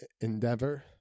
endeavor